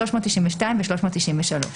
392 ו-393.